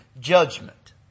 judgment